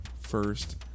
first